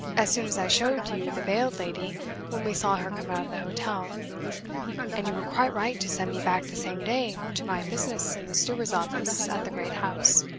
as soon as i showed you the veiled lady when we saw her come out of the hotel and you were quite right to send me back the same day to my business in the steward's office at the great house.